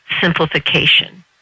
simplification